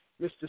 Mr